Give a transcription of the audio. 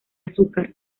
azúcar